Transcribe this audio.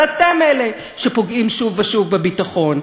אבל אתם אלה שפוגעים שוב ושוב בביטחון,